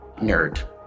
nerd